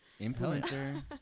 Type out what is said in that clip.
Influencer